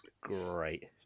great